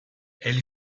elle